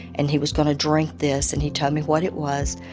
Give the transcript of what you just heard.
and he was going to drink this and he told me what it was,